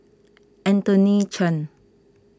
Anthony Chen